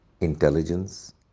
intelligence